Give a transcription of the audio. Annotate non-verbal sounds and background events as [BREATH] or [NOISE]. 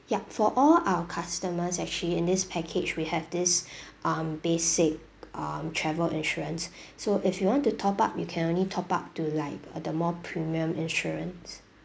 ya for all our customers actually in this package we have this [BREATH] um basic um travel insurance [BREATH] so if you want to top up you can only top up to like a the more premium insurance